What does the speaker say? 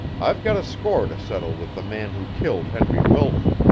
i've got a score to settle with the man who killed henry wilton.